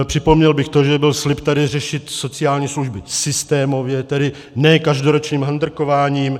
Připomněl bych to, že byl slib tady řešit sociální služby systémově, tedy ne každoročním handrkováním.